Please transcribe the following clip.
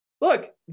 look